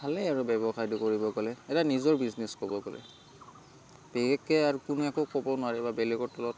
ভালেই আৰু ব্যৱসায়টো কৰিব গ'লে এটা নিজৰ বিজনেছ ক'ব গ'লে বিশেষকৈ আৰু কোনেও একো ক'ব নোৱাৰে বা বেলেগৰ তলত